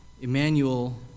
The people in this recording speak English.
Emmanuel